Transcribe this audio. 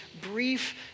brief